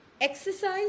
Exercise